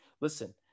Listen